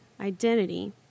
identity